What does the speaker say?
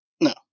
No